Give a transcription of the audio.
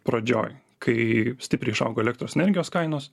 pradžioj kai stipriai išaugo elektros energijos kainos